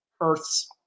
Earth's